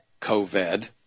COVID